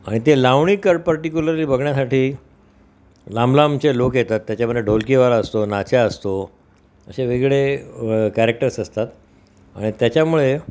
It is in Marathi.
आणि ते लावणी कर पर्टिक्युलरली बघण्यासाठी लांबलांबचे लोक येतात त्याच्यामध्ये ढोलकीवाला असतो नाच्या असतो असे वेगळे कॅरेक्टर्स असतात आणि त्याच्यामुळे